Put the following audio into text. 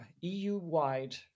EU-wide